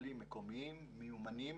במטפלים מקומיים, מיומנים